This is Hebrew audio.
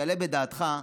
יעלה בדעתך,